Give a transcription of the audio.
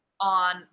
on